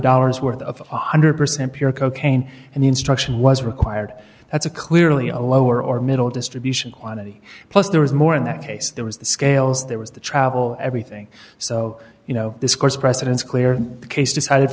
dollars worth of one hundred percent pure cocaine and the instruction was required that's a clearly a lower or middle distribution quantity plus there was more in that case there was the scales there was the travel everything so you know this course precedence clear the case decided